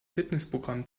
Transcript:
fitnessprogramm